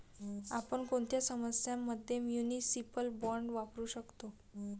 आपण कोणत्या समस्यां मध्ये म्युनिसिपल बॉण्ड्स वापरू शकतो?